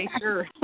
sure